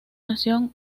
nación